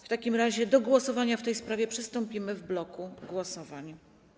W takim razie do głosowania w tej sprawie przystąpimy w bloku głosowań.